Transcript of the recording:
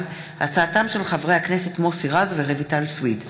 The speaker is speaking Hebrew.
בהצעתם של חברי הכנסת מוסי רז ורויטל סויד בנושא: